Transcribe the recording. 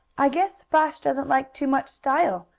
i guess splash doesn't like too much style,